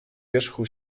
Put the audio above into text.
wierzchu